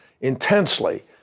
intensely